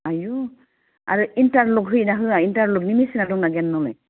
आयु आरो इन्टारल'क होयोना होया इन्टारल'कनि मेसिना दंना गैया नोंनावलाय